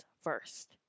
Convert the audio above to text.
first